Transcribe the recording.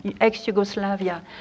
ex-Yugoslavia